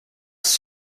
ist